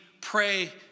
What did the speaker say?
pray